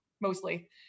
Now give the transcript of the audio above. mostly